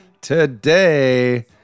today